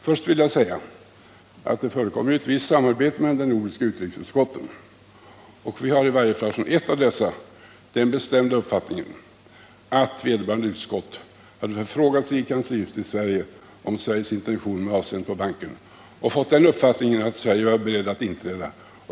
Först vill jag säga att det förekommer ett visst samarbete mellan de nordiska utrikesutskotten, och i varje fall från ett av dessa har vi erfarit att man hade förfrågat sig i kanslihuset om Sveriges intentioner med avseende på banken och fått uppfattningen att Sverige var berett att inträda.